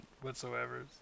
whatsoever